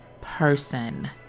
person